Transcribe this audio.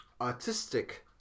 artistic